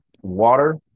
water